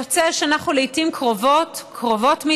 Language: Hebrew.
יוצא שאנחנו לעיתים קרובות, קרבות מדי,